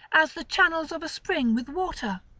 as the channels of a spring with water.